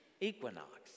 equinox